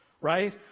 right